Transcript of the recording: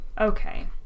Okay